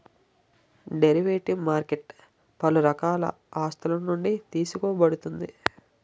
derivative market పలు రకాల ఆస్తులునుండి తీసుకోబడుతుంది